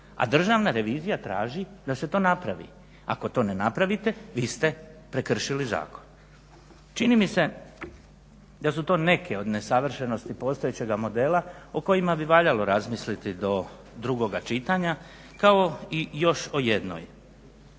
A Državna revizija traži da se to napravi, ako to ne napravite vi ste prekršili zakon. Čini mi se da su to neke od nesavršenosti postojećega modela o kojima bi valjalo razmisliti do drugoga čitanja kao i još o jednoj,